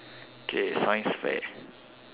k science fair